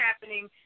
happening